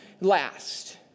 last